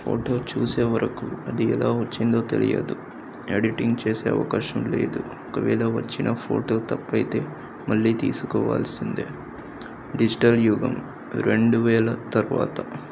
photo చూసే వరకు అది ఎలా వచ్చిందో తెలియదు ఎడిటింగ్ చేసే అవకాశం లేదు ఒకవేళ వచ్చిన ఫోటో తప్పు అయితే మళ్ళీ తీసుకోవాల్సిందే డిజిటల్ యుగం రెండు వేల తర్వాత